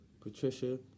Patricia